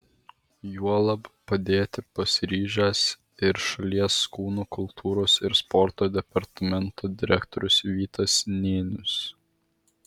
juolab padėti pasiryžęs ir šalies kūno kultūros ir sporto departamento direktorius vytas nėnius